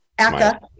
Aka